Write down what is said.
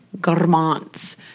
Garments